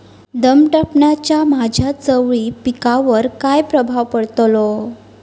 दमटपणाचा माझ्या चवळी पिकावर काय प्रभाव पडतलो?